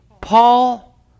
Paul